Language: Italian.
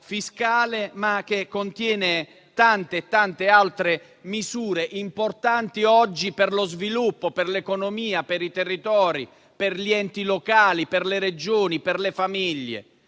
fiscale, ma contiene tante altre misure importanti per lo sviluppo, per l'economia, per i territori, per gli enti locali, per le Regioni, per le famiglie.